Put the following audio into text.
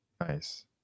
Nice